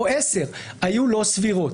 או עשר היו לא סבירות.